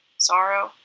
sorrow?